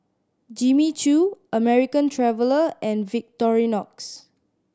Jimmy Choo American Traveller and Victorinox